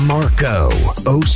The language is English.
Marco